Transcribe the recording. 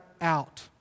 out